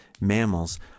mammals